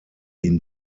ihm